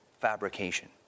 fabrication